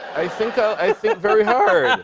i think i think very hard.